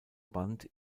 band